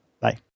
Bye